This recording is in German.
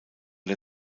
der